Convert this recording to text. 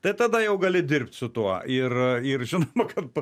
tai tada jau gali dirbti su tuo ir ir žinoma kad